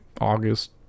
August